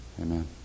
Amen